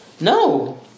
No